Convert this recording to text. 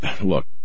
Look